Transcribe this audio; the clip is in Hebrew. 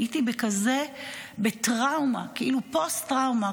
הייתי בטראומה, כאילו פוסט-טראומה.